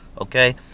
Okay